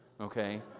okay